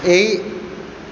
एहि